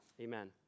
amen